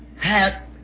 hat